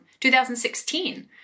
2016